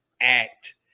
act